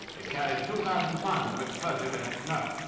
it carries two thousand tons of explosive in its nose.